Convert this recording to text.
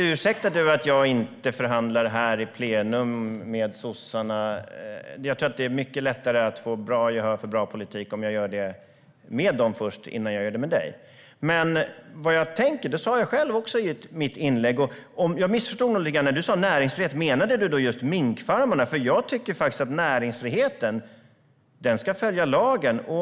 Herr talman! Ursäkta att jag inte förhandlar med sossarna här i plenum. Det är mycket lättare att få bra gehör för bra politik om jag gör det med dem innan jag gör det med dig, Åsa Coenraads. Jag sa vad jag tänker i mitt inlägg. Jag missförstod nog en sak. När du sa näringsfrihet, menade du då just minkfarmarna? Jag tycker att näringsfriheten ska följa lagen.